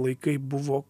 laikai buvo